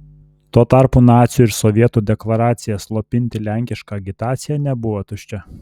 tuo tarpu nacių ir sovietų deklaracija slopinti lenkišką agitaciją nebuvo tuščia